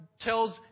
tells